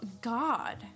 God